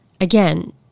again